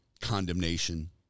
condemnation